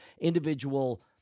individual